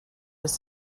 was